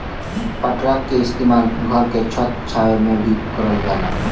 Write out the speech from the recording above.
पटरा के इस्तेमाल घर के छत छावे में भी करल जाला